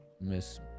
Miss